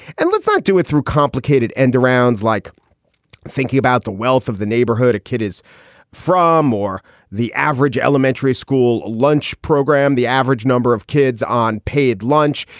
and let's not do it through complicated end arounds like thinking about the wealth of the neighborhood kids from or the average elementary school lunch program, the average number of kids on paid lunch.